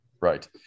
Right